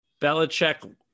Belichick